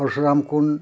Parshuram Kund